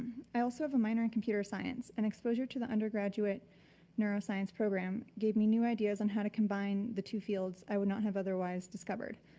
i also have a minor in computer science, an exposure to the undergraduate neuroscience program gave me new ideas on how to combine the two fields i would not have otherwise discovered.